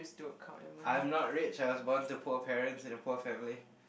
I'm not rich I was born to poor parents in a poor family